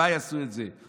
בדובאי עשו את זה,